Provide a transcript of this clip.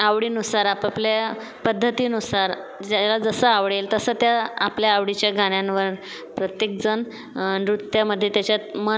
आवडीनुसार आपपल्या पद्धतीनुसार ज्याला जसं आवडेल तसं त्या आपल्या आवडीच्या गाण्यांवर प्रत्येकजण नृत्यमध्ये त्याच्यात मन